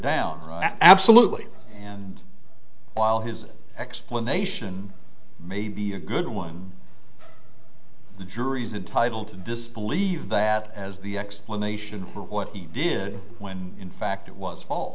down absolutely while his explanation may be a good one the jury's entitle to disbelieve that as the explanation for what he did when in fact it was all